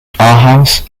house